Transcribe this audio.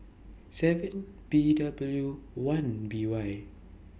seven P W one B Y